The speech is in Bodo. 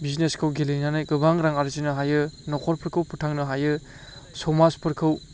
बिजिनेसखौ गेलेनानै गोबां रां आरजिनो हायो न'खरफोरखौ फोथांनो हायो समाजफोरखौ